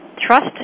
trust